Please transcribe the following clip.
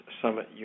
summit